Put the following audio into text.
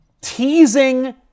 teasing